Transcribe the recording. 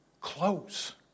close